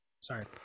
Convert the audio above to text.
Sorry